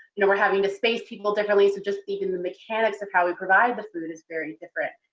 you know we're having to space people differently, so just even the mechanics of how we provide the food is very different.